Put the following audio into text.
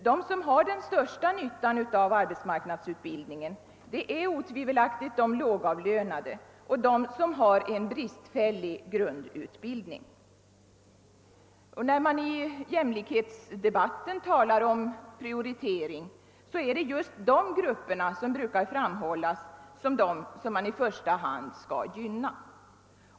De som har den största nyttan av arbetsmarknadsutbildningen är otvivelaktigt de lågavlönade och de som har en bristfällig grundutbildning. När man i jämlikhetsdebatten talar om prioritering, så är det just dessa grupper som brukar framhållas som de som man i första hand skall gynna.